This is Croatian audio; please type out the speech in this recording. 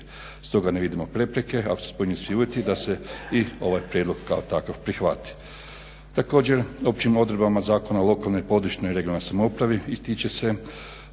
Stoga ne vidimo prepreke ako su ispunjeni svi uvjeti da se i ovaj prijedlog kao takav prihvati. Također, općim odredbama Zakona o lokalnoj i područnoj (regionalnoj) samoupravi ističe se